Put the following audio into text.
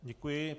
Děkuji.